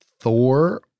Thor